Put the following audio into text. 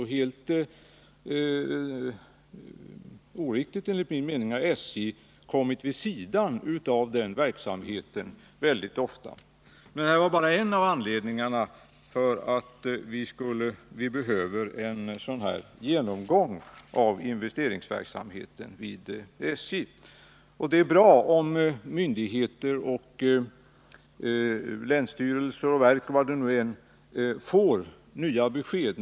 Helt oriktigt, enligt min mening, har SJ ofta kommit vid sidan av den verksamheten. Det är dock bara en av anledningarna till att vi behöver en sådan här genomgång av Naturligtvis är det bra om myndigheter — länsstyrelser, verk — får nya — Måndagen den besked.